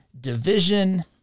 division